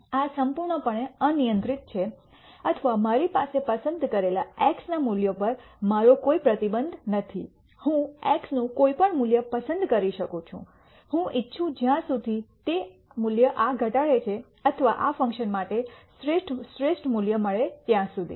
આ સંપૂર્ણપણે અનિયંત્રિત છે અથવા મારી પાસે પસંદ કરેલા x ના મૂલ્યો પર મારો કોઈ પ્રતિબંધ નથી હું x નું કોઈપણ મૂલ્ય પસંદ કરી શકું છું હું ઇચ્છું જ્યાં સુધી તે મૂલ્ય આ ઘટાડે છે અથવા આ ફંકશન માટે શ્રેષ્ઠ મૂલ્ય મળે ત્યાં સુધી